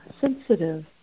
sensitive